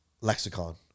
lexicon